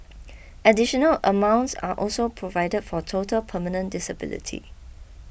additional amounts are also provided for total permanent disability